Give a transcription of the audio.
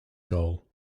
goal